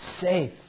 safe